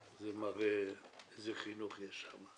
זה מראה איזה חינוך יש שמה.